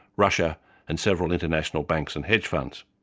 russia and several international banks and hedge funds.